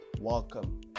welcome